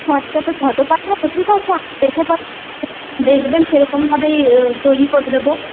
ও আচ্ছা তো ফটো পাঠাব ঠিক আছে দেখবেন সেরকমভাবেই তৈরি করে দেব